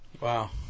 Wow